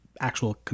actual